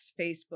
Facebook